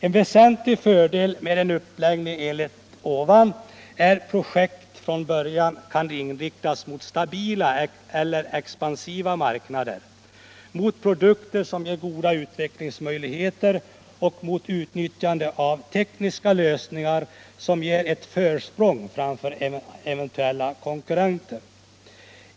En väsentlig fördel med en sådan uppläggning är att projektet från början kan inriktas mot stabila eller expansiva marknader, produkter som ger goda utvecklingsmöjligheter och mot utnyttjande av tekniska lösningar som ger ett försprång framför eventuella konkurrenter.